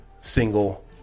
single